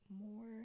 more